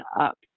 up